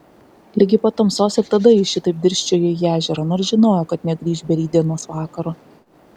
ligi pat tamsos ir tada ji šitaip dirsčiojo į ežerą nors žinojo kad negrįš be rytdienos vakaro